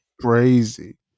Crazy